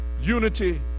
unity